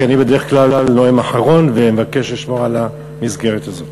כי בדרך כלל אני נואם אחרון ואני מבקש לשמור על המסגרת הזאת.